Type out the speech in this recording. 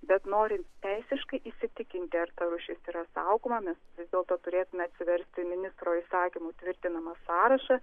bet norint teisiškai įsitikinti ar ta rūšis yra saugoma mes vis dėlto turėtume atsiversti ministro įsakymu tvirtinamą sąrašą